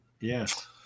Yes